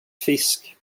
fisk